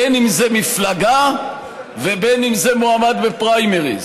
בין מפלגה ובין מועמד בפריימריז,